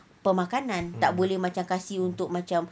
pemakanan tak boleh macam kasi untuk macam